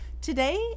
Today